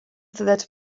that